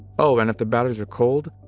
oh, and if the batteries are cold,